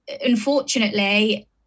Unfortunately